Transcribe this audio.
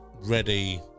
ready